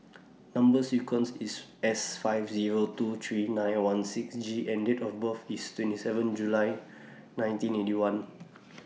Number sequence IS S five Zero two three nine one six G and Date of birth IS twenty seven July nineteen Eighty One